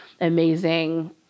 amazing